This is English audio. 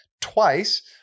twice